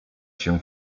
się